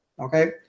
okay